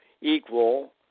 equal